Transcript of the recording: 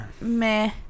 meh